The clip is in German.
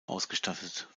ausgestattet